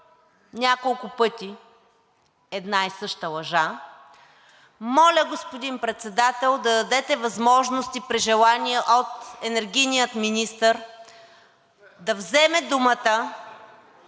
няколко пъти една и съща лъжа, моля, господин Председател, да дадете възможност и при желание от енергийния министър да вземе думата